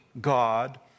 God